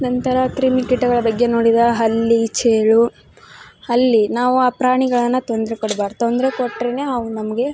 ನಂತರ ಕ್ರಿಮಿಕೀಟಗಳ ಬಗ್ಗೆ ನೋಡಿದ್ರ ಹಲ್ಲಿ ಚೇಳು ಹಲ್ಲಿ ನಾವು ಆ ಪ್ರಾಣಿಗಳನ್ನ ತೊಂದರೆ ಕೊಡ್ಬಾರದು ತೊಂದರೆ ಕೊಟ್ಟರೇನೆ ಅವು ನಮಗೆ